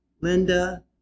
Linda